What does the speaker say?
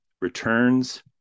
returns